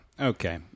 Okay